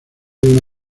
una